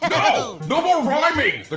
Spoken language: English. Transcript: no more rhyming.